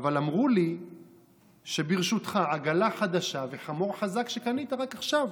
אבל אמרו לי שברשותך עגלה חדשה וחמור חזק שקנית רק עכשיו.